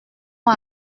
ont